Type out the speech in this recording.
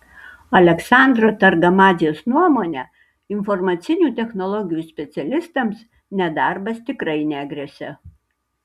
aleksandro targamadzės nuomone informacinių technologijų specialistams nedarbas tikrai negresia